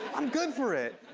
i'm good for it.